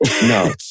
No